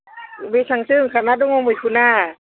बेसेबांसो ओंखारना दङ मैखुना